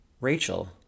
Rachel